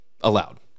allowed